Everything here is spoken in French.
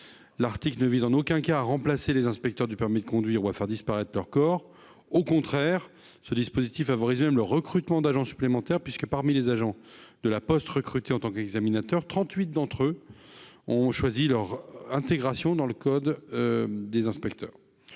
L'article 3 ne vise en aucun cas à remplacer les inspecteurs du permis de conduire ou à faire disparaître leur corps. Au contraire, ce dispositif favorise même le recrutement d'agents supplémentaires : ainsi, trente-huit des agents de La Poste recrutés en tant qu'examinateurs ont choisi leur intégration dans le corps des IPCSR.